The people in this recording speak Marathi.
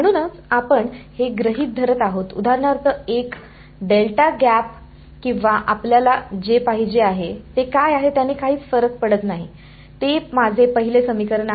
म्हणूनच आपण हे गृहित धरत आहोत उदाहरणार्थ एक डेल्टा गॅप किंवा आपल्याला जे पाहिजे आहे ते काय आहे त्याने काही फरक पडत नाही ते माझे पहिले समीकरण आहे